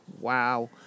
wow